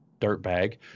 dirtbag